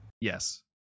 Yes